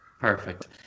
perfect